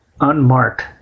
unmarked